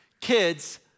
Kids